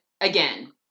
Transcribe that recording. again